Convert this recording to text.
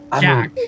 Jack